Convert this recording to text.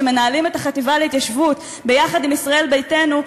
שמנהלים את החטיבה להתיישבות ביחד עם ישראל ביתנו,